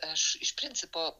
aš iš principo